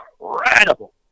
incredible